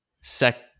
sec